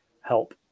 help